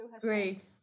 Great